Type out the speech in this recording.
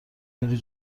میری